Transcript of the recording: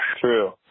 True